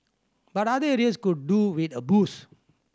but other areas could do with a boost